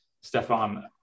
Stefan